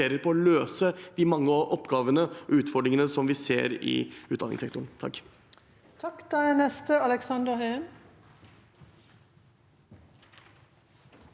å løse de mange oppgavene og utfordringene som vi ser i utdanningssektoren.